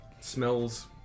Smells